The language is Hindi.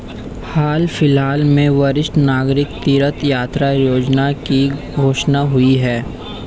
हाल फिलहाल में वरिष्ठ नागरिक तीर्थ यात्रा योजना की घोषणा हुई है